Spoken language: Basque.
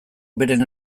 beren